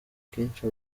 akenshi